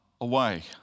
away